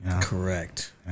Correct